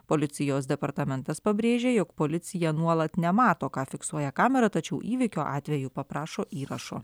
policijos departamentas pabrėžė jog policija nuolat nemato ką fiksuoja kamera tačiau įvykio atveju paprašo įrašo